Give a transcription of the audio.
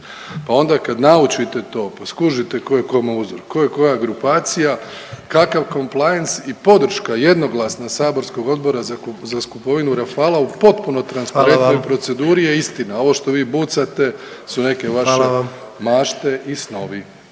pa onda kad naučite to, pa skužite ko je kome uzor, ko je koja grupacija, kakav komplajens i podrška jednoglasna saborskog Odbora za kupovinu Rafaela u potpuno transparentnoj proceduri je…/Upadica predsjednik: Hvala vam/…istina,